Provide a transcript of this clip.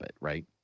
right